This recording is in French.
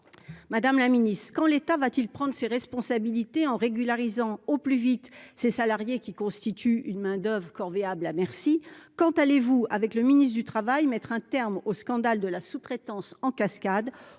Madame la Ministre, quand l'état va-t-il prendre ses responsabilités en régularisant au plus vite ces salariés qui constituent une main-d'oeuvre corvéable à merci, quand allez-vous avec le ministre du Travail, mettre un terme au scandale de la sous-traitance en cascade